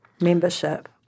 membership